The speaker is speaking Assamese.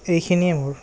এইখিনিয়ে মোৰ